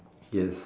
yes